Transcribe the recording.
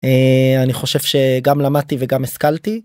אני חושב שגם למדתי וגם השכלתי.